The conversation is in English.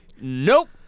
Nope